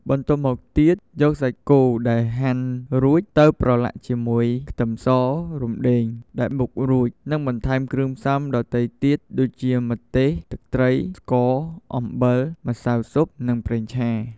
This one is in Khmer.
បន្ទាប់មកទៀតយកសាច់គោដែលហាន់រួចទៅប្រឡាក់ជាមួយខ្ទឹមស រំដេង ដែលបុករួច និងបន្ថែមគ្រឿងផ្សំដទៃទៀតដូចជាម្ទេសទឹកត្រីស្ករអំបិលម្សៅស៊ុបនិងប្រេងឆា។